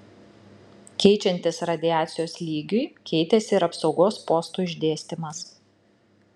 keičiantis radiacijos lygiui keitėsi ir apsaugos postų išdėstymas